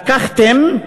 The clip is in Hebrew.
לקחתם,